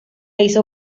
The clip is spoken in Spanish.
hizo